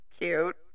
cute